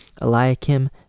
Eliakim